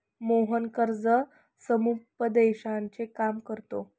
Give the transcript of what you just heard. मोहन कर्ज समुपदेशनाचे काम करतो